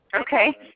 Okay